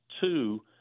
Two